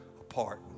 apart